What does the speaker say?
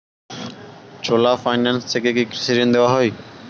চোলা finance থেকে কি কৃষি ঋণ দেওয়া হয়?